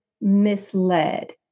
misled